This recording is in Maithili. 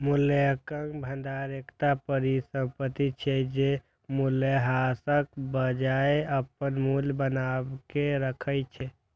मूल्यक भंडार एकटा परिसंपत्ति छियै, जे मूल्यह्रासक बजाय अपन मूल्य बनाके राखै छै